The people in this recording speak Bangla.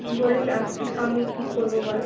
বলুন আমি কী করবো বলো